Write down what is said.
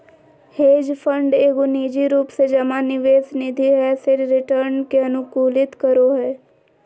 hedge fund एगो निजी रूप से जमा निवेश निधि हय जे रिटर्न के अनुकूलित करो हय